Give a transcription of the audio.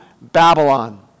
Babylon